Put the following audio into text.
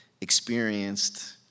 experienced